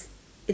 is